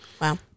Wow